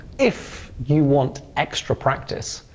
if you want extra practice,